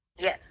Yes